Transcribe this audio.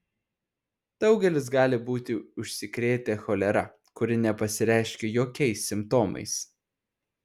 daugelis gali būti užsikrėtę cholera kuri nepasireiškia jokiais simptomais